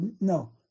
no